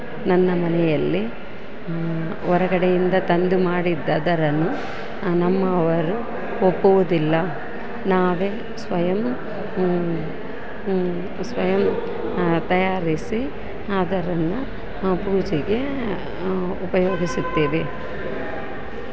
ನನ್ನ ಮನೆಯಲ್ಲಿ ಹೊರಗಡೆಯಿಂದ ತಂದು ಮಾಡಿದ್ದದರನ್ನು ನಮ್ಮವರು ಒಪ್ಪುವುದಿಲ್ಲ ನಾವೇ ಸ್ವಯಮ್ ಸ್ವಯಮ್ ತಯಾರಿಸಿ ಅದರನ್ನು ಪೂಜೆಗೆ ಉಪಯೋಗಿಸುತ್ತೇವೆ